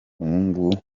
bahungu